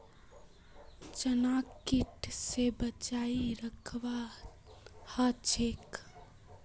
चनाक कीट स बचई रखवा ह छेक